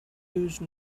use